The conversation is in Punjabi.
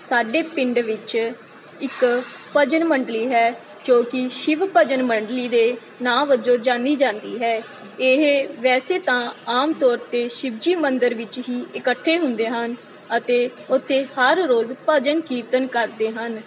ਸਾਡੇ ਪਿੰਡ ਵਿੱਚ ਇੱਕ ਭਜਨ ਮੰਡਲੀ ਹੈ ਜੋ ਕਿ ਸ਼ਿਵ ਭਜਨ ਮੰਡਲੀ ਦੇ ਨਾਂ ਵਜੋਂ ਜਾਣੀ ਜਾਂਦੀ ਹੈ ਇਹ ਵੈਸੇ ਤਾਂ ਆਮ ਤੌਰ 'ਤੇ ਸ਼ਿਵ ਜੀ ਮੰਦਰ ਵਿੱਚ ਹੀ ਇਕੱਠੇ ਹੁੰਦੇ ਹਨ ਅਤੇ ਉੱਥੇ ਹਰ ਰੋਜ਼ ਭਜਨ ਕੀਰਤਨ ਕਰਦੇ ਹਨ